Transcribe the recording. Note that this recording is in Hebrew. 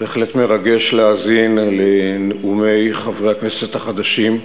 בהחלט מרגש להאזין לנאומי חברי הכנסת החדשים.